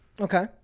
Okay